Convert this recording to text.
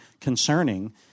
concerning